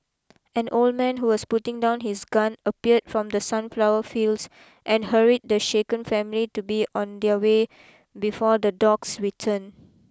an old man who was putting down his gun appeared from the sunflower fields and hurried the shaken family to be on their way before the dogs return